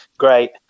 Great